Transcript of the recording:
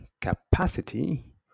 capacity